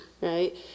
right